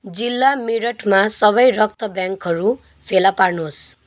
जिल्ला मेरठमा सबै रक्त ब्याङ्कहरू फेला पार्नुहोस्